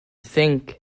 think